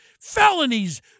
felonies